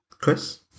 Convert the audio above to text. Chris